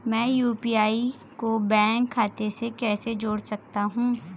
मैं यू.पी.आई को बैंक खाते से कैसे जोड़ सकता हूँ?